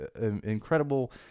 Incredible